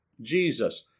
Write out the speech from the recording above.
Jesus